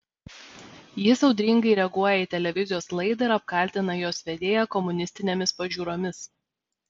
jis audringai reaguoja į televizijos laidą ir apkaltina jos vedėją komunistinėmis pažiūromis